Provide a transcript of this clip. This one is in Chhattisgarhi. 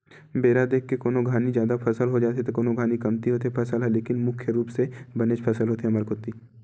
बेरा देख के कोनो घानी जादा फसल हो जाथे त कोनो घानी कमती होथे फसल ह लेकिन मुख्य रुप ले बनेच फसल होथे हमर कोती